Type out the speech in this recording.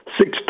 six